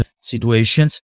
situations